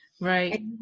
Right